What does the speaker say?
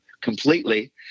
completely